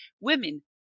women